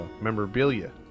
memorabilia